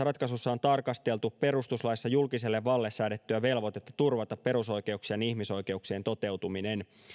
ratkaisussa on tarkasteltu perustuslaissa julkiselle vallalle säädettyä velvoitetta turvata perusoikeuksien ja ihmisoikeuksien toteutuminen